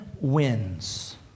wins